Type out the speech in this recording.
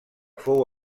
fou